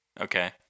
okay